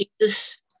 Jesus